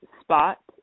spot